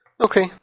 Okay